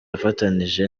afatanije